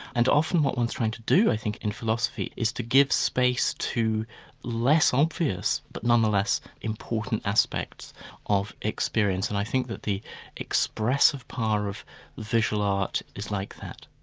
and often what one's trying to do i think in philosophy, is to give space to less obvious but nonetheless important aspects of experience, and i think that the expressive power of visual art is like that.